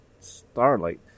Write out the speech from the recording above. Starlight